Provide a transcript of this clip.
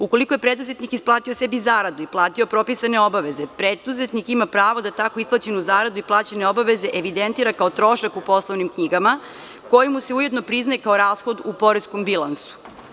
Ukoliko je preduzetnik sebi isplatio zaradu i platio propisane obaveze, preduzetnik ima pravo da tako isplaćenu zaradu i plaćene obaveze evidentira kao trošak u poslovnim knjigama, koje mu se ujedno priznaje kao rashod u poreskom bilansu.